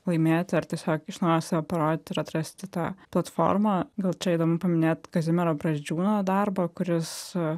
laimėti ar tiesiog iš naujo save parodyti ir atrasti tą platformą gal čia įdomu paminėt kazimiero brazdžiūno darbą kuris